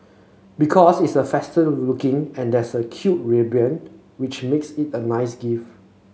because it's a festive looking and there's a cute ribbon which makes it a nice gift